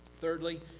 Thirdly